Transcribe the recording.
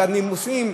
בנימוסים,